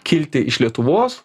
kilti iš lietuvos